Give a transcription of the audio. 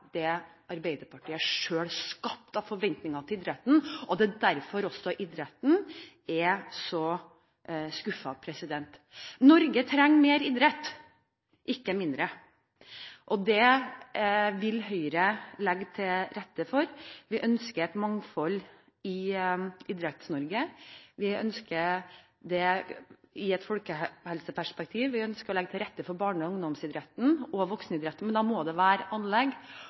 det Arbeiderpartiet selv skapte av forventinger i idretten. Det er derfor idretten også er skuffet. Norge trenger mer idrett, ikke mindre. Det vil Høyre legge til rette for. Vi ønsker et mangfold i Idretts-Norge. Vi ønsker det i et folkehelseperspektiv. Vi ønsker å legge til rette for barne- og ungdomsidretten og for voksenidretten, men da må vi ha anlegg,